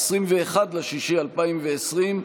21 ביוני 2020,